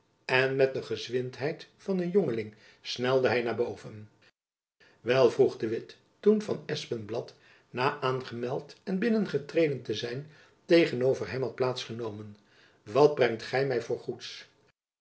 en met de gezwindheid van een jongeling snelde hy naar boven wel vroeg de witt toen van espenblad na aangemeld en binnengetreden te zijn tegenover hem had plaats genomen wat brengt gy my voor goeds